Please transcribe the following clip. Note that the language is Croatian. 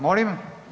Molim?